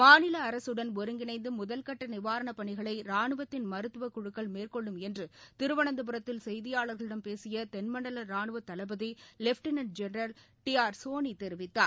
மாநில அரசுடன் ஒருங்கிணைந்து முதல் கட்ட நிவாரணப் பணிகளை ராணுவத்தின் மருத்துவக் குழுக்கள் மேற்கொள்ளும் என்று திருவனந்தபுரத்தில் செய்தியாளர்களிடம் பேசிய தென்மண்டல ராணுவ தளபதி lieutenant general T R Soni தெரிவித்தார்